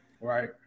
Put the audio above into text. Right